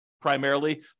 primarily